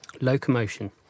Locomotion